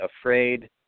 afraid